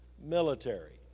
military